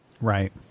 Right